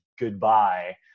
goodbye